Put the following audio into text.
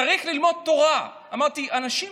צריך ללמוד תורה, אמרתי: אנשים